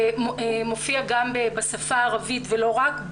מופיע גם בשפה הערבית ולא רק.